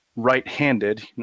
Right-handed